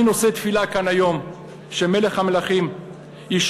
אני נושא תפילה כאן היום שמלך המלכים ישמע